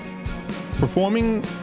performing